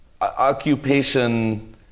occupation